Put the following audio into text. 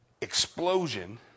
explosion